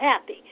happy